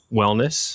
wellness